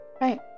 Right